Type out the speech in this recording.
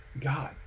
God